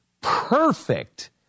perfect